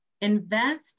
invest